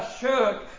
shook